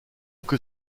que